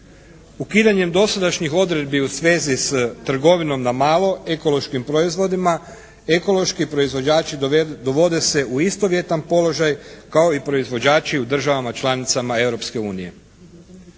Ukidanjem dosadašnjih odredbi u svezi s trgovinom na malo ekološkim proizvodima ekološki proizvođači dovode se u istovjetan položaj kao i proizvođači u državama članicama